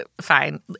fine